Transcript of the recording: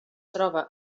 troba